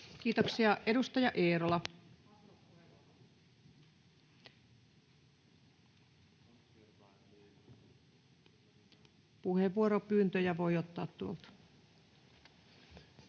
Kiitoksia. — Edustaja Eerola. — Puheenvuoropyyntöjä voi ottaa tuolta.